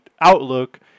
outlook